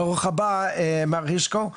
ברוך הבא, מר הרשקו.